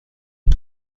بود